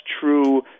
true